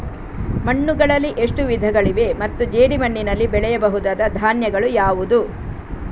ಮಣ್ಣುಗಳಲ್ಲಿ ಎಷ್ಟು ವಿಧಗಳಿವೆ ಮತ್ತು ಜೇಡಿಮಣ್ಣಿನಲ್ಲಿ ಬೆಳೆಯಬಹುದಾದ ಧಾನ್ಯಗಳು ಯಾವುದು?